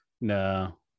no